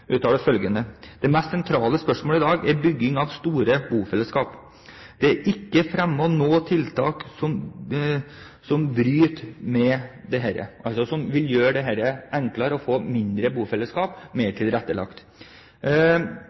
uttaler følgende: «Det mest sentrale spørsmålet i dag er byggingen av store bofellesskap.» Det er ikke fremmet noe tiltak som bryter med dette, altså som vil gjøre det enklere å få mindre bofellesskap mer tilrettelagt.